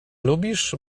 lubisz